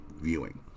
viewing